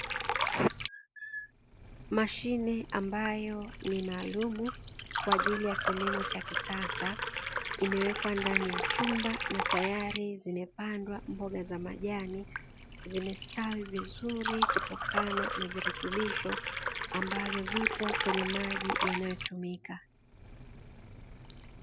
Mashine ambayo ni maalumu kwa ajili ya kilimo cha kisasa, imewekwa ndani ya chumba na tayari zimepandwa mboga za majani, zimestawi kutokana na virutubisho ambavyo vipo kwenye maji yanayotumika.